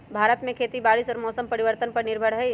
भारत में खेती बारिश और मौसम परिवर्तन पर निर्भर हई